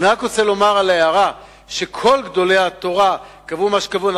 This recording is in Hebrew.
אני רוצה לומר על ההערה שכל גדולי התורה קבעו מה שקבעו,